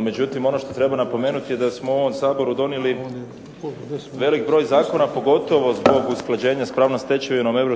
međutim ono što treba napomenuti je da smo u ovom Saboru donijeli velik broj zakona pogotovo zbog usklađenja s pravnom stečevinom EU,